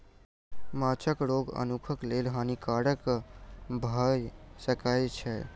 माँछक रोग मनुखक लेल हानिकारक भअ सकै छै